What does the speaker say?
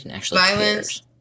violence